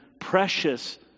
precious